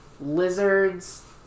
lizards